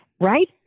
Right